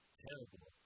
terrible